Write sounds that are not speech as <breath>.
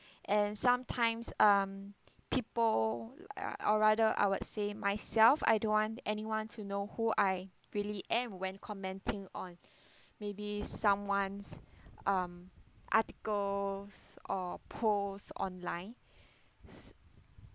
and sometimes um people uh or rather I would say myself I don't want anyone to know who I really am when commenting on <breath> maybe someone's um articles or post online